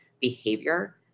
behavior